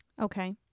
Okay